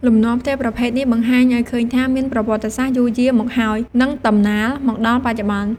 លំនាំផ្ទះប្រភេទនេះបង្ហាញឲ្យឃើញថា មានប្រវត្តិសាស្ត្រយូរយារមកហើយ និងតំណាលមកដល់បច្ចុប្បន្ន។